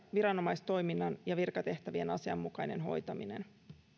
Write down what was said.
viranomaistoiminnan ja virkatehtävien asianmukainen hoitaminen